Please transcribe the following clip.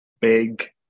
big